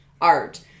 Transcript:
art